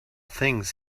things